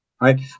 right